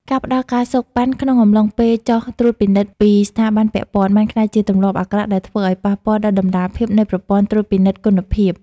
ការផ្ដល់ ការសូកប៉ាន់ ក្នុងអំឡុងពេលចុះត្រួតពិនិត្យពីស្ថាប័នពាក់ព័ន្ធ បានក្លាយជាទម្លាប់អាក្រក់ដែលធ្វើឱ្យប៉ះពាល់ដល់តម្លាភាពនៃប្រព័ន្ធត្រួតពិនិត្យគុណភាព។